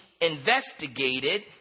investigated